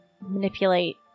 Manipulate